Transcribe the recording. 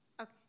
okay